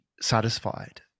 satisfied